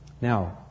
Now